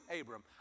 Abram